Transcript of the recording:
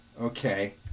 okay